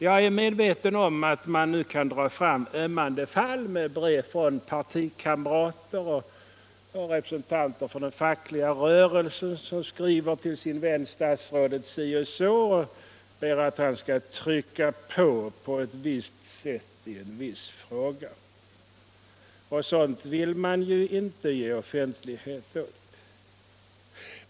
Jag är medveten om att man kan dra fram ömmande fall med brev från partikamrater och representanter för den fackliga rörelsen som skriver till sin vän statsrådet si och så och ber att han på ett visst sätt skall trycka på i en viss fråga. Sådant vill man ju inte ge offentlighet åt.